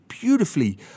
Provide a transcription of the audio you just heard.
beautifully